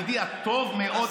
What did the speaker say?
ידידי הטוב מאוד,